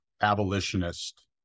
abolitionist